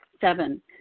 Seven